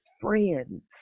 friends